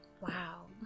Wow